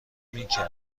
میکر